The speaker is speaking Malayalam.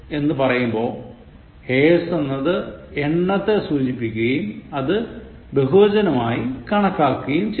എന്ന് പറയുമ്പോൾ hairs എന്നത് എണ്ണത്തെ സൂചിപ്പിക്കുകയും അത് ബഹുവചനമായി കണക്കാക്കപ്പെടുകയും ചെയ്യുന്നു